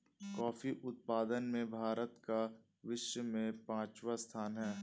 coffee उत्पादन में भारत का विश्व में पांचवा स्थान है